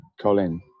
Colin